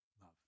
love